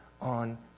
on